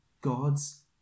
God's